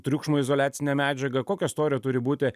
triukšmo izoliacinė medžiaga kokio storio turi būti